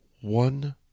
one